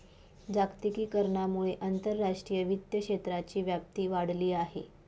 जागतिकीकरणामुळे आंतरराष्ट्रीय वित्त क्षेत्राची व्याप्ती वाढली आहे